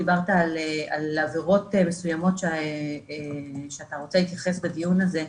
דיברת על עבירות מסוימות שאתה רוצה להתייחס בדיון הזה,